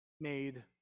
made